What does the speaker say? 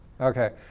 Okay